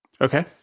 Okay